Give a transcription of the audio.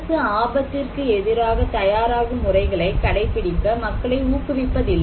அரசு ஆபத்திற்கு எதிராக தயாராகும் முறைகளை கடைப்பிடிக்க மக்களை ஊக்குவிப்பதில்லை